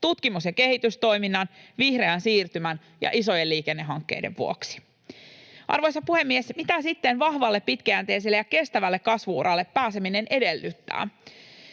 tutkimus- ja kehitystoiminnan, vihreän siirtymän ja isojen liikennehankkeiden vuoksi. Arvoisa puhemies! Mitä sitten vahvalle, pitkäjänteiselle ja kestävälle kasvu-uralle pääseminen edellyttää?